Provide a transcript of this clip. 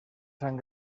sant